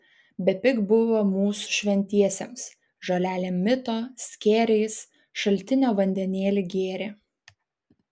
bepig buvo mūsų šventiesiems žolelėm mito skėriais šaltinio vandenėlį gėrė